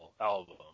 album